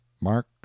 mark